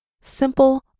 simple